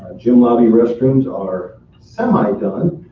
ah gym lobby restrooms are semi-done.